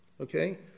Okay